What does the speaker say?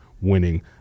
winning